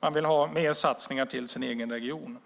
Man vill ha mer satsningar till sin egen region